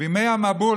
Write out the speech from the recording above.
בימי המבול,